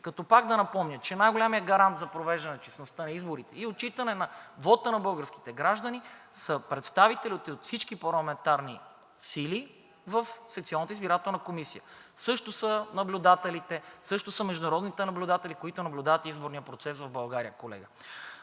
Пак да напомня, че най-големият гарант за провеждане честността на избори и отчитане на вота на българските граждани са представителите от всички парламентарни сили в секционната избирателна комисия. Също са наблюдателите, също са международните наблюдатели, които наблюдават изборния процес в България, колега.